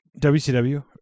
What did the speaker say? WCW